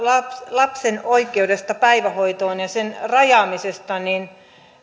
lapsen oikeudesta päivähoitoon ja sen rajaamisesta niin